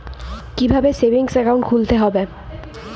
কীভাবে savings account খুলতে হবে?